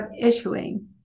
issuing